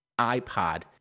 iPod